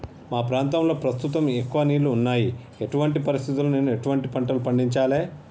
మా ప్రాంతంలో ప్రస్తుతం ఎక్కువ నీళ్లు ఉన్నాయి, ఇటువంటి పరిస్థితిలో నేను ఎటువంటి పంటలను పండించాలే?